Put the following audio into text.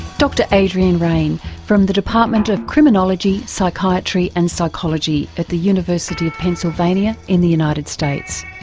dr adrian raine from the department of criminology, psychiatry and psychology at the university of pennsylvania in the united states.